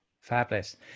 fabulous